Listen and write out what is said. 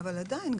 עדיין,